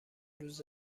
روز